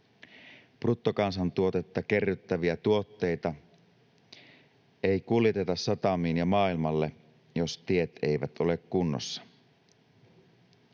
Bruttokansantuotetta kerryttäviä tuotteita ei kuljeteta satamiin ja maailmalle, jos tiet eivät ole kunnossa.